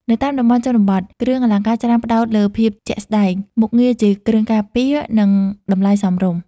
នៅតាមតំបន់ជនបទ គ្រឿងអលង្ការច្រើនផ្តោតលើភាពជាក់ស្តែង មុខងារជាគ្រឿងការពារ និងតម្លៃសមរម្យ។